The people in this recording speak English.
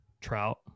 Trout